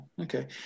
Okay